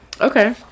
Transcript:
Okay